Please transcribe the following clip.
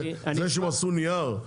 זה שהם עשו נייר,